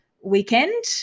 weekend